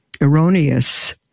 erroneous